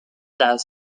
does